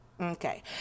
Okay